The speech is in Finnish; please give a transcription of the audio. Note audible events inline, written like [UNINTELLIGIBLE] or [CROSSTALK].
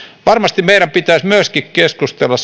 varmasti meidän pitäisi myöskin keskustella [UNINTELLIGIBLE]